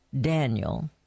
Daniel